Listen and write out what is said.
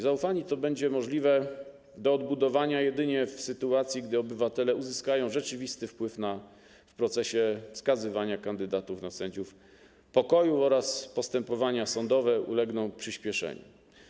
Zaufanie to będzie możliwe do odbudowania jedynie w sytuacji, gdy obywatele uzyskają rzeczywisty wpływ w procesie wskazywania kandydatów na sędziów pokoju oraz gdy postępowania sądowe ulegną przyspieszeniu.